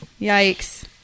Yikes